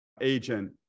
agent